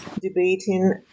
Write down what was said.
debating